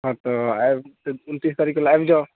हँ सर आएब उनतिस तारीख तक आबि जाउ